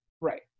Right